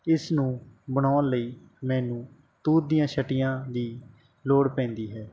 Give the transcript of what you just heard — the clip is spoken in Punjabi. ਇਸ ਨੂੰ ਬਣਾਉਣ ਲਈ ਮੈਨੂੰ ਤੂਤ ਦੀਆਂ ਛਟੀਆਂ ਦੀ ਲੋੜ ਪੈਂਦੀ ਹੈ